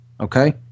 Okay